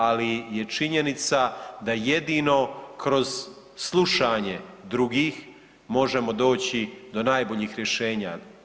Ali je činjenica da jedino kroz slušanje drugih možemo doći do najboljih rješenja.